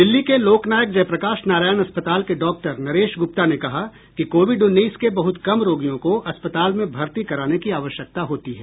दिल्ली के लोकनायक जयप्रकाश नारायण अस्पताल के डॉक्टर नरेश गुप्ता ने कहा कि कोविड उन्नीस के बहुत कम रोगियों को अस्पताल में भर्ती कराने की आवश्यकता होती है